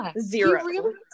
zero